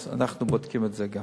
אז אנחנו בודקים גם את זה.